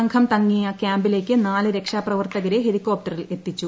സംഘം തങ്ങിയ ക്യാമ്പിലേക്ക് നാല് രക്ഷാപ്രവർത്തകരെ ഹെലികോപ്റ്ററിൽ എത്തിച്ചു